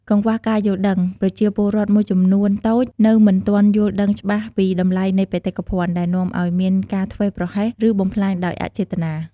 កង្វះការយល់ដឹង ប្រជាពលរដ្ឋមួយចំនួនតូចនៅមិនទាន់យល់ដឹងច្បាស់ពីតម្លៃនៃបេតិកភណ្ឌ ដែលនាំឱ្យមានការធ្វេសប្រហែស ឬបំផ្លាញដោយអចេតនា។